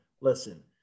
Listen